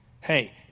hey